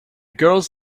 girls